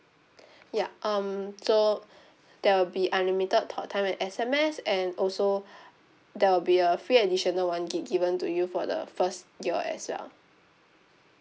ya um so there will be unlimited talk time and S_M_S and also there will be a free additional one gig given to you for the first year as well